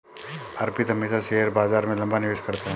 अर्पित हमेशा शेयर बाजार में लंबा निवेश करता है